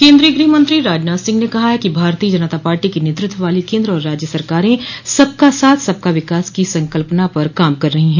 केन्द्रीय गृहमंत्री राजनाथ सिंह ने कहा है कि भारतीय जनता पार्टी के नेतृत्व वाली केन्द्र और राज्य सरकारे सबका साथ सबका विकास की संकल्पना पर काम कर रही है